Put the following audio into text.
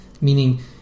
meaning